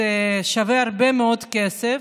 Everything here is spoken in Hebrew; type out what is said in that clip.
שווה הרבה מאוד כסף,